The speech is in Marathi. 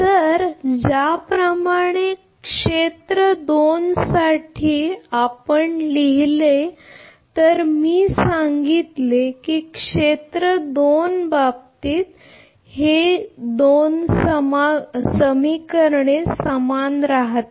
तर ज्याप्रमाणे क्षेत्र दोन साठी जर आपण लिहिले तर मी सांगितले की क्षेत्र दोन बाबतीत क्षेत्र दोन समीकरण समान राहील